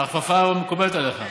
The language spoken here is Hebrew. ההכפפה מקובלת עליך?